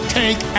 take